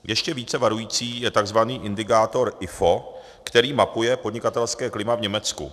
Ještě více varující je takzvaný indikátor IFO, který mapuje podnikatelské klima v Německu.